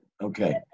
Okay